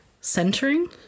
centering